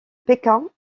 pékin